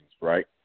right